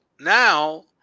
Now